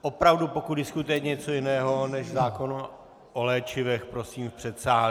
Opravdu, pokud diskutujete něco jiného než zákon o léčivech, prosím v předsálí.